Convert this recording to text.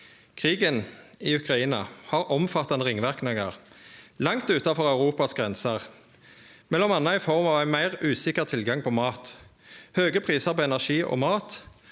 Krigen i Ukraina har omfattande ringverknader langt utanfor Europas grenser, m.a. i form av meir usikker tilgang på mat, høge prisar på energi og mat